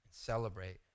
Celebrate